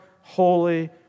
holy